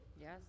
yes